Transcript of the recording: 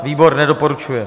Výbor nedoporučuje.